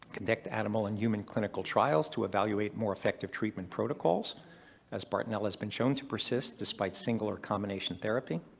conduct animal and human clinical trials to evaluate more effective treatment protocols as bartonella has been shown to persist despite single or a combination therapy.